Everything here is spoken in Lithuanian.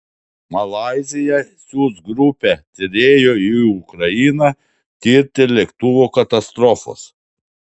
malaizija siųs grupę tyrėjų į ukrainą tirti lėktuvo katastrofos